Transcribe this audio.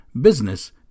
business